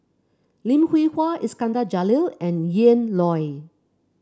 Lim Hwee Hua Iskandar Jalil and Ian Loy